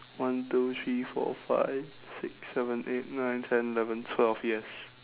one two three four five six seven eight nine ten eleven twelve yes